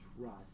Trust